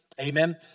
amen